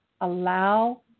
Allow